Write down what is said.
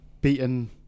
beaten